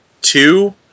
two